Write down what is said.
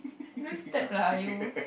no step lah you